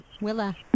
Willa